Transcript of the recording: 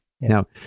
Now